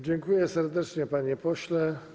Dziękuję serdecznie, panie pośle.